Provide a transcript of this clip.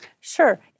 Sure